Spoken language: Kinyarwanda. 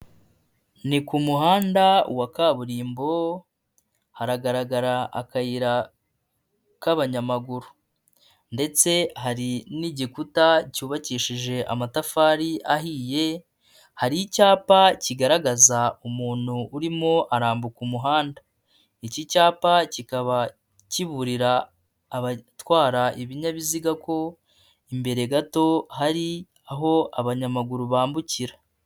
Ni ku muhanda wa kaburimbo haragaragara akayira k'abanyamaguru ndetse hari n'igikuta cyubakishije amatafari ahiye, hari icyapa kigaragaza umuntu urimo arambuka umuhanda, iki cyapa kikaba kiburira abatwara ibinyabiziga ko imbere gato hari aho abanyamaguru bambukira.